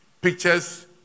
pictures